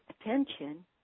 attention